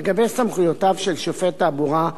לגבי סמכויותיו של שופט תעבורה,